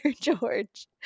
George